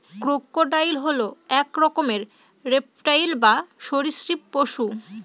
crocodile হল এক রকমের রেপ্টাইল বা সরীসৃপ পশু